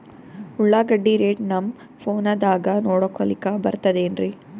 ಉಳ್ಳಾಗಡ್ಡಿ ರೇಟ್ ನಮ್ ಫೋನದಾಗ ನೋಡಕೊಲಿಕ ಬರತದೆನ್ರಿ?